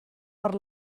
per